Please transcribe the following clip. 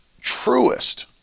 truest